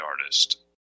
artist